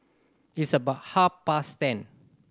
its about half past ten